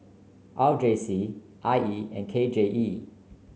R J C I E and K J E